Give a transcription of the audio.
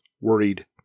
worried